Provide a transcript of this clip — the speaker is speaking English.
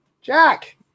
Jack